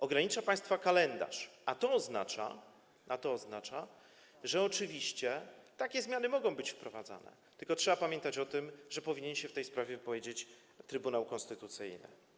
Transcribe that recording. Ogranicza państwa kalendarz, a to oznacza, że oczywiście takie zmiany mogą być wprowadzane, tylko trzeba pamiętać o tym, że powinien się w tej sprawie wypowiedzieć Trybunał Konstytucyjny.